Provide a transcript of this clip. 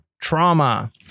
trauma